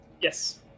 Yes